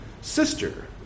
Sister